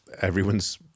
everyone's